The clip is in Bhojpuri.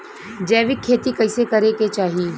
जैविक खेती कइसे करे के चाही?